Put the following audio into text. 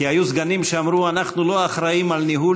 כי היו סגנים שאמרו: אנחנו לא אחראים לניהול